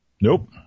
Nope